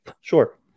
Sure